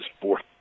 fourth